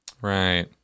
Right